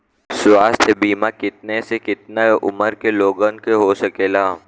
स्वास्थ्य बीमा कितना से कितना उमर के लोगन के हो सकेला?